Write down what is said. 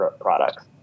products